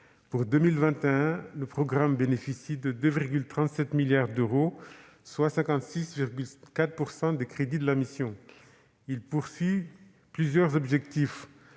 Pour 2021, le programme bénéficie de 2,37 milliards d'euros, soit 56,4 % des crédits de la mission. Il vise plusieurs objectifs.